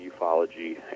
ufology